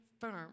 firm